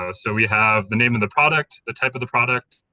ah so we have the name of the product, the type of the product,